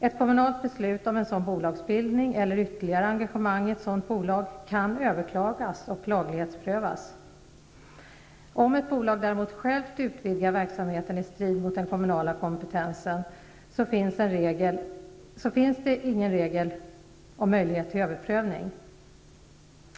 Ett kommunalt beslut om en sådan bolagsbildning eller ytterligare engagemang i ett sådant bolag kan överklagas och laglighetsprövas. Om ett bolag självt utvidgar verksamheten i strid mot den kommunala kompetensen finns däremot som regel inte någon möjlighet till överprövning.